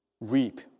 reap